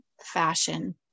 fashion